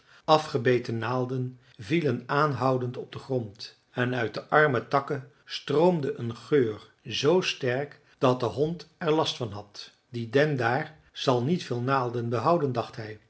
afgebeten naalden vielen aanhoudend op den grond en uit de arme takken stroomde een geur z sterk dat de hond er last van had die den daar zal niet veel naalden behouden dacht hij